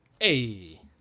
Hey